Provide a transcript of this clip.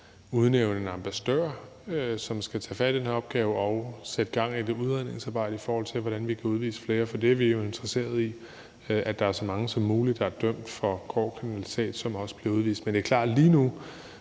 udnævne en ambassadør, som skal tage fat på den her opgave, og sætte gang i det udredningsarbejde, i forhold til hvordan vi kan udvise flere, for vi er jo interesseret i, at der er så mange som muligt, der er dømt for grov kriminalitet, som bliver udvist. Men det er klart,